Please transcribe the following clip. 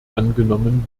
angenommen